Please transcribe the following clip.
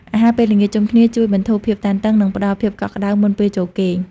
អាហារពេលល្ងាចជុំគ្នាជួយបន្ធូរភាពតានតឹង និងផ្តល់ភាពកក់ក្តៅមុនពេលចូលគេង។